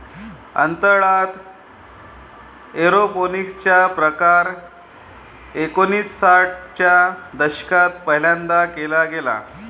अंतराळात एरोपोनिक्स चा प्रकार एकोणिसाठ च्या दशकात पहिल्यांदा केला गेला